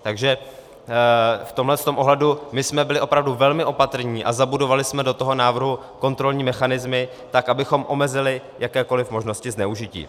Takže v tomhle ohledu my jsme byli velmi opatrní a zabudovali jsme do toho návrhu kontrolní mechanismy tak, abychom omezili jakékoliv možnosti zneužití.